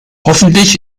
hoffentlich